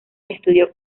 estudió